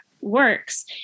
works